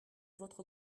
votre